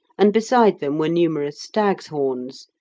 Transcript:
and beside them were numerous stag's horns,